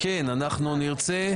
כן, אנחנו נרצה.